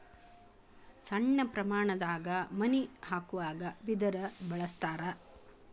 ಸಣ್ಣ ಪ್ರಮಾಣದಾಗ ಮನಿ ಹಾಕುವಾಗ ಬಿದರ ಬಳಸ್ತಾರ